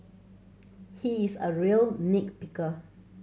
he is a real nit picker